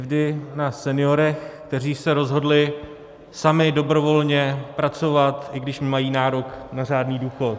Křivdy na seniorech, kteří se rozhodli sami dobrovolně pracovat, i když mají nárok na řádný důchod.